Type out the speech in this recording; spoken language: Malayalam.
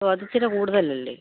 ഓ അതിച്ചിരി കൂടുതലല്ലേ